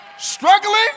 Struggling